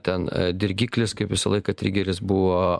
ten dirgiklis kaip visą laiką trigeris buvo